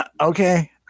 Okay